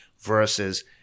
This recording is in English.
versus